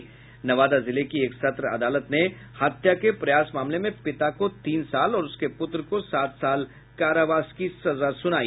नवादा जिले की एक सत्र अदालत ने हत्या के प्रयास मामले में पिता को तीन साल और उसके पुत्र को सात साल कारावास की सजा सुनाई